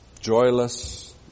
joyless